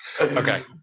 Okay